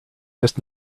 just